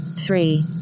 Three